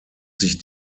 sich